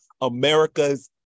America's